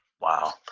Wow